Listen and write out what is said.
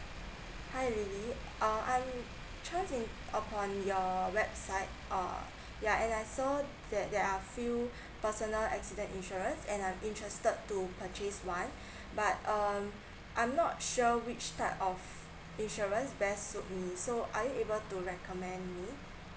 hi lily uh I'm upon your website uh yeah and I saw that there are few personal accident insurance and I'm interested to purchase one but um I'm not sure which type of insurance best suit me so are you able to recommend me